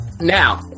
Now